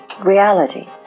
reality